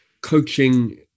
Coaching